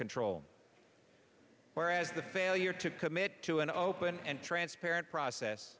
control whereas the failure to commit to an open and transparent process